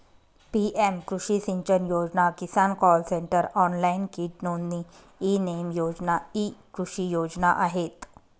PM कृषी सिंचन योजना, किसान कॉल सेंटर, ऑनलाइन कीट नोंदणी, ई नेम योजना इ कृषी योजना आहेत